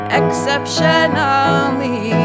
exceptionally